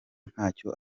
ntacyo